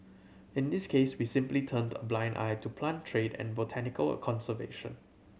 in this case we simply turned a blind eye to plant trade and botanical conservation